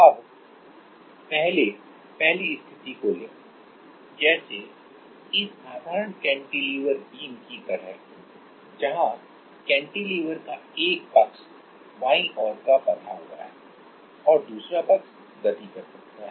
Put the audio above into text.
अब पहले पहली स्थिति को लें जैसे इस साधारण कैंटीलेवर बीम की तरह जहां कैंटीलेवर का एक पक्ष बाईं ओर का बंधा हुआ है और दूसरा पक्ष गति कर सकता है